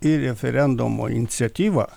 į referendumo iniciatyvą